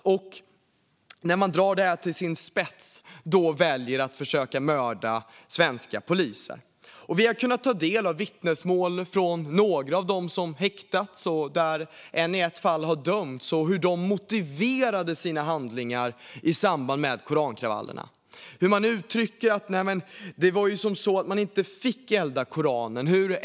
När man drar detta till sin spets väljer man att försöka mörda svenska poliser. Vi har kunnat ta del av vittnesmål från några av dem som häktats och, i ett fall, dömts och av hur de motiverade sina handlingar i samband med korankravallerna. De uttrycker att man inte fick bränna Koranen.